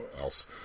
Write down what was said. else